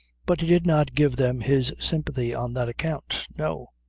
but he did not give them his sympathy on that account. no.